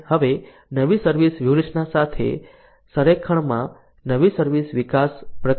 અમે હવે નવી સર્વિસ વ્યૂહરચના સાથે સંરેખણમાં નવી સર્વિસ વિકાસ પ્રક્રિયા શરૂ કરી શકીએ છીએ